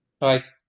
Right